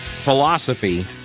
philosophy